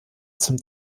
zum